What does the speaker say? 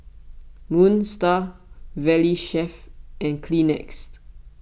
Moon Star Valley Chef and Kleenex